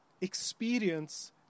experience